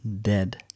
dead